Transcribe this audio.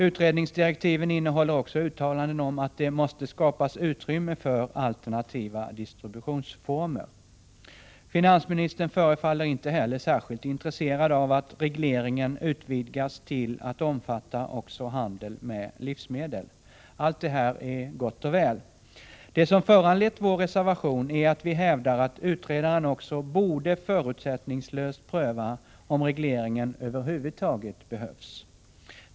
Utredningsdirektiven innehåller också uttalanden om att det måste skapas utrymme för alternativa distributionsformer. Finansministern förefaller inte heller särskilt intresserad av att regleringen utvidgas till att omfatta också handel med livsmedel. Allt det här är gott och väl. Det som föranlett vår reservation är att vi hävdar att utredaren också förutsättningslöst borde pröva om regleringen över huvud taget behövs.